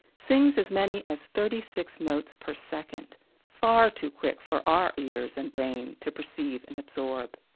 sings as many as thirty-six notes per second far too quick for our ears and brain to perceive and absorb.